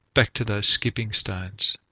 back to those skipping stones,